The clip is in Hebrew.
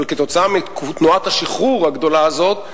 אבל כתוצאה מתנועת השחרור הגדולה הזאת,